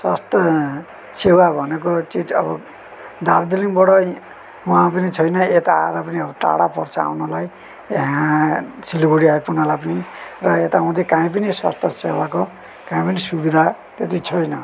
स्वास्थ्य सेवा भनेको चिज अब दार्जिलिङबाट वहाँ पनि छैन यता आएर पनि अब टाढा पर्छ आउनलाई यहाँ सिलगढी आइपुग्नलाई पनि र यता हुँदी कहीँ पनि स्वास्थ्य सेवाको कहीँ पनि सुविधा त्यति छैन